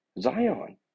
Zion